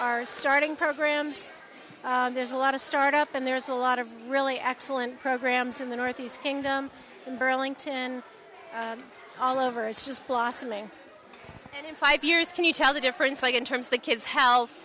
are starting programs there's a lot of start up and there's a lot of really excellent programs in the northeast kingdom in burlington all over is just blossoming in five years can you tell the difference like in terms of the kids health